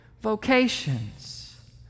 vocations